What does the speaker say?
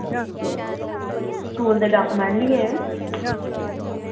ते स्कूल दे डाकुमैंट लेई आयो